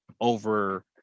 over